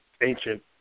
ancient